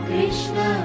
Krishna